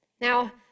Now